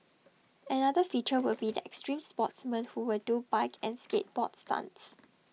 another feature will be the extreme sportsmen who will do bike and skateboard stunts